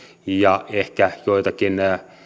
ja ehkä joitakin